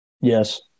Yes